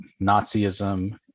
Nazism